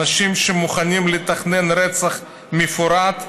אנשים שמוכנים לתכנן רצח מפורט,